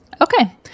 Okay